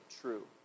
true